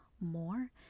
more